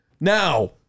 Now